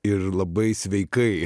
ir labai sveikai